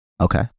Okay